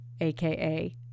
aka